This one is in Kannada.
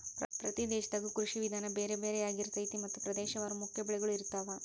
ಪ್ರತಿ ದೇಶದಾಗು ಕೃಷಿ ವಿಧಾನ ಬೇರೆ ಬೇರೆ ಯಾರಿರ್ತೈತಿ ಮತ್ತ ಪ್ರದೇಶವಾರು ಮುಖ್ಯ ಬೆಳಗಳು ಇರ್ತಾವ